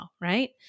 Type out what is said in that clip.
right